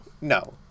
no